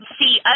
see